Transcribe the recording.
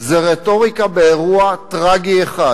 זה רטוריקה באירוע טרגי אחד,